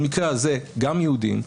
במקרה הזה גם יהודים,